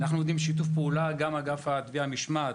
אנחנו עובדים בשיתוף פעולה גם עם אגף התביעה (משמעת),